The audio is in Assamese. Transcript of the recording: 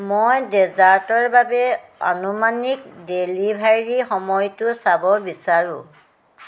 মই ডেজাৰ্টৰ বাবে আনুমানিক ডেলিভাৰীৰ সময়টো চাব বিচাৰোঁ